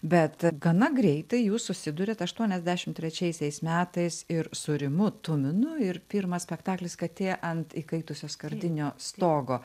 bet gana greitai jūs susiduriat aštuoniasdešim trečiaisiais metais ir su rimu tuminu ir pirmas spektaklis katė ant įkaitusio skardinio stogo